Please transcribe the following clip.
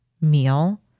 meal